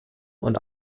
und